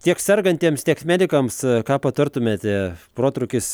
tiek sergantiems tiek medikams ką patartumėte protrūkis